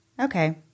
Okay